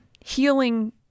healing